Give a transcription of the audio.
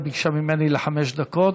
היא ביקשה ממני חמש דקות.